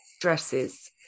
dresses